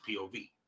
POV